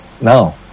no